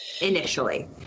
initially